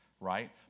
right